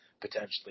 potentially